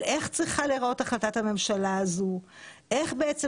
איך צריכה להיראות החלטת הממשלה הזאת ואיך בעצם